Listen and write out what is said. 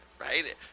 right